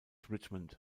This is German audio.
richmond